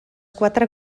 quatre